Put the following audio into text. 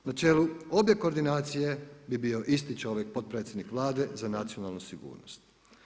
Na čelu obe koordinacije bi bio isti čovjek potpredsjednik Vlade za nacionalnu sigurnost.